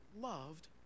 loved